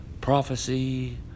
prophecy